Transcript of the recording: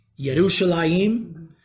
Yerushalayim